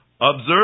Observe